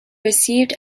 received